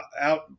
out –